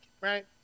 right